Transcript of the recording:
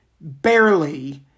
barely